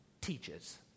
teaches